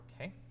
okay